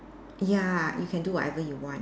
ya you can do whatever you want